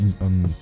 on